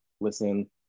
listen